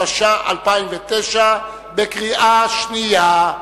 התש"ע 2009, בקריאה שנייה.